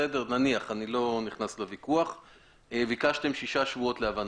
נניח ביקשתם שישה שבועות להבנתי.